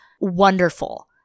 wonderful